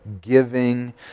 giving